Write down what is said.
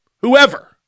whoever